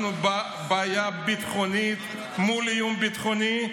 אנחנו בבעיה ביטחונית מול איום ביטחוני,